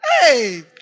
Hey